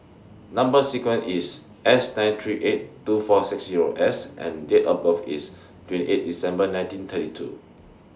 Number sequence IS S nine three eight two four six Zero S and Date of birth IS twenty eight December nineteen thirty two